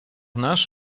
nasz